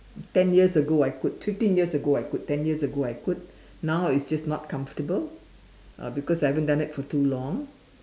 ten years ago I could fifteen years ago I could ten years ago I could now it's just not comfortable uh because I haven't done it for too long